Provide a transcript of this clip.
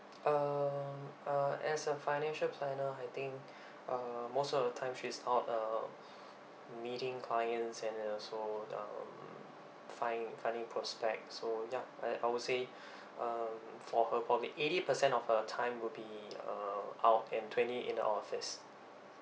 uh uh as a financial planner I think uh most of the time she's out uh meeting clients and also um find finding prospects so ya I I would say um for her probably eighty percent of her time would be uh out and twenty in the office